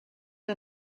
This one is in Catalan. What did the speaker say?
que